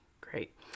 Great